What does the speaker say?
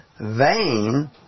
Vain